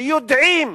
ויודעים